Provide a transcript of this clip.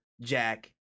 Jack